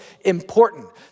important